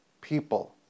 people